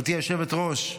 גברתי היושבת-ראש,